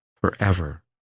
forever